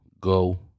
go